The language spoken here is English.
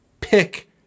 pick